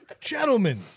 Gentlemen